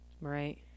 Right